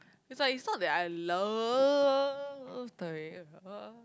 is like is not that I love Terraria but uh